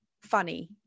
funny